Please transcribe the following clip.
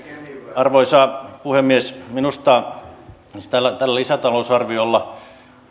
arvoisa puhemies minusta tällä lisätalousarviolla